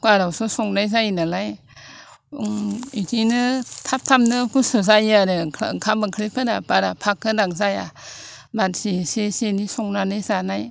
कुकारावसो संनाय जायोनालाय बेदिनो थाब थाबनो गुसु जायो आरो ओंखाम ओंख्रिफोरा बारा फाख गोनां जाया मानसि इसे इसेनि संनानै जानाय